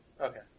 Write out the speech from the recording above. Okay